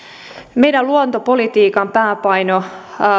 meidän luontopolitiikan pääpaino